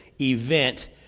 event